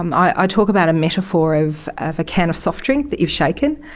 um i talk about a metaphor of of a can of soft drink that you've shaken.